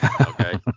Okay